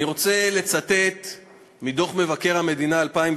אני רוצה לצטט מדוח מבקר המדינה 2012: